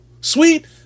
Sweet